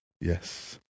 yes